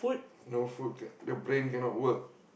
no food k~ the brain cannot work